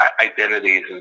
identities